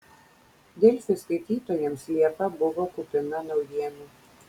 delfi skaitytojams liepa buvo kupina naujienų